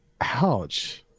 Ouch